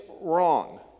wrong